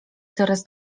coraz